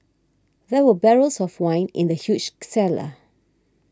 there were barrels of wine in the huge cellar